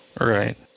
Right